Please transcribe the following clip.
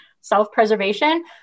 self-preservation